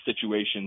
situations